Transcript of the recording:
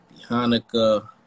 Hanukkah